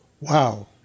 Wow